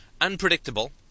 unpredictable